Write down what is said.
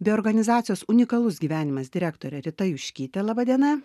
be organizacijos unikalus gyvenimas direktore rita juškyte laba diena